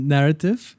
Narrative